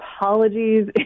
apologies